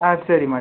ஆ சரிம்மா